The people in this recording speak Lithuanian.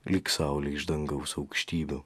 lyg saulė iš dangaus aukštybių